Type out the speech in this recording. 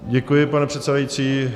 Děkuji, pane předsedající.